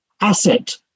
asset